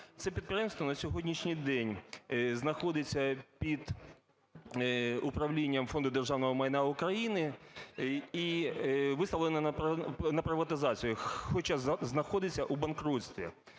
Це підприємство на сьогоднішній день знаходиться під управлінням Фонду державного майна України і виставлено на приватизацію, хоча знаходиться у банкрутстві.